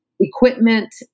equipment